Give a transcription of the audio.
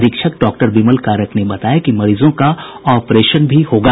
अधीक्षक डॉक्टर विमल कारक ने बताया कि मरीजों का ऑपरेशन भी होगा